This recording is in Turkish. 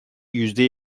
yüzde